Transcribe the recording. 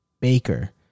Baker